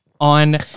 on